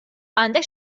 għandek